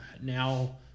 now